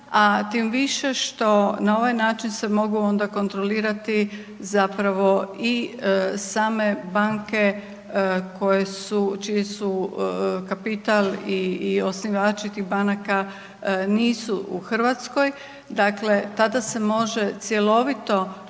a tim više što na ovaj način se mogu onda kontrolirati zapravo i same banke koje su, čiji su kapital i osnivači tih banaka nisu u Hrvatskoj, dakle tada se može cjelovito